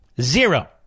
Zero